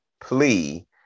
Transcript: plea